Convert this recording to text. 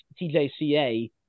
TJCA